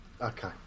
Okay